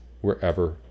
wherever